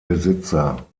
besitzer